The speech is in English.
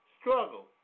Struggle